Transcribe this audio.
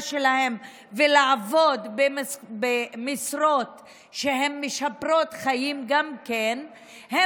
שלהם ולעבוד במשרות שהן גם משפרות חיים הם הסטודנטים,